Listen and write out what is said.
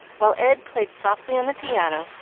while ed played softly on the piano,